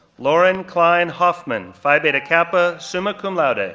lauren cline hoffman, phi beta kappa, summa cum laude, ah